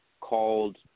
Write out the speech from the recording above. called